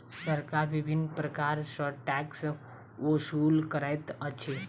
सरकार विभिन्न प्रकार सॅ टैक्स ओसूल करैत अछि